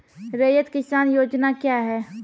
रैयत किसान योजना क्या हैं?